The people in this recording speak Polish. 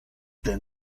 ten